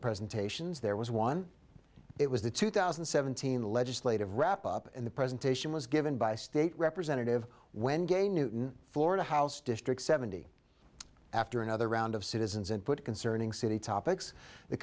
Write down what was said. presentations there was one it was the two thousand and seventeen legislative wrap up and the presentation was given by a state representative when gay newton florida house district seventy after another round of citizens and put concerning city topics the